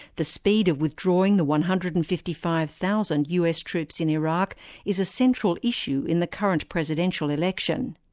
the speed of withdrawing the one hundred and fifty five thousand us troops in iraq is a central issue in the current presidential election.